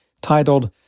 titled